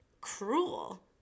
cruel